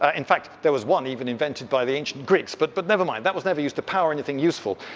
ah in fact, there was one even invented by the ancient greeks, but but never mind, that was never used to power anything useful.